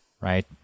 right